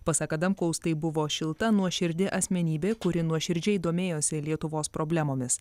pasak adamkaus tai buvo šilta nuoširdi asmenybė kuri nuoširdžiai domėjosi lietuvos problemomis